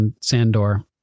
Sandor